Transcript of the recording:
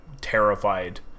terrified